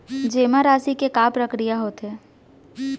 जेमा राशि के का प्रक्रिया होथे?